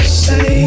say